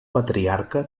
patriarca